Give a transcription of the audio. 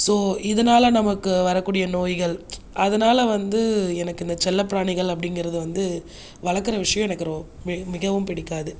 so இதனால் நமக்கு வரக்கூடிய நோய்கள் அதனால் வந்து எனக்கு இந்த செல்லப்பிராணிகள் அப்படிங்கறது வந்து வளர்க்குற விஷயம் எனக்கு மிகவும் பிடிக்காது